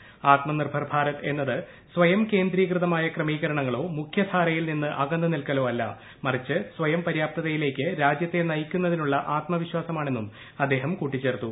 ആത്മ നിർഭർ ഭാരത് എന്നത് പ്രസ്ഥയം കേന്ദ്രീകൃതമായ ക്രമീകരണങ്ങളോ മുഖ്യധാരയിൽ നിന്ന് അകന്നു നിൽക്കലോ അല്ല മറിച്ച് സ്വയംപര്യാപ്തതയിലേക്ക്ട് രിജ്യത്തെ നയിക്കുന്നത്തിനുള്ള ആത്മവിശ്വാസമാണെന്നും അദ്ദേഹം കൂട്ടിച്ചേർത്തു